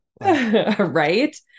Right